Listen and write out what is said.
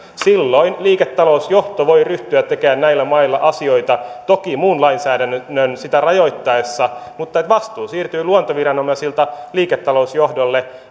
silloin liiketalousjohto voi ryhtyä tekemään näillä mailla asioita toki muun lainsäädännön sitä rajoittaessa mutta vastuu siirtyy luontoviranomaisilta liiketalousjohdolle